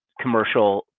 commercial